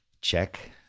check